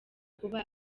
kuba